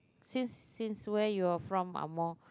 since since where you are from Ang-Mo